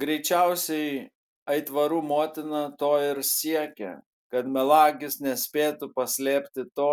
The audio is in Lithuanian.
greičiausiai aitvarų motina to ir siekė kad melagis nespėtų paslėpti to